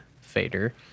fader